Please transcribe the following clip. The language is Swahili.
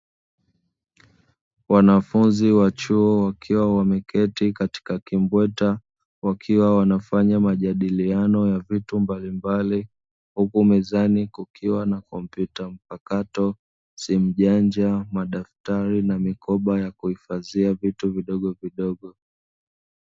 Wanafunzi wa chuo wakiwa wameketi katika kimbweta, wakiwa wanafanya majadiliano ya vitu mbalimbali, huku mezani kukiwa na kompyuta mpakato, simu janja, madaftari na mikoba ya kuhifadhia vitu vidogovidogo.